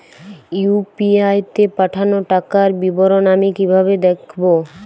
UPI তে পাঠানো টাকার বিবরণ আমি কিভাবে দেখবো?